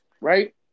right